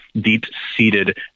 deep-seated